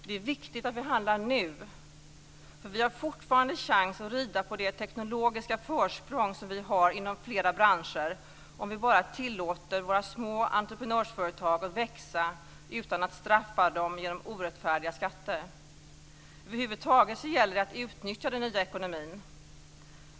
Det är viktigt att vi handlar nu. Vi har fortfarande chans att rida på det teknologiska försprång som vi har inom flera branscher om vi bara tillåter våra små entreprenörsföretag att växa utan att straffa dem genom orättfärdiga skatter. Över huvud taget gäller det att utnyttja den nya ekonomin.